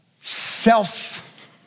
self